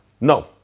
no